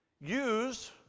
use